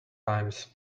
times